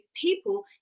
people